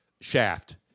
Shaft